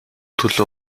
төлөө